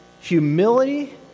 Humility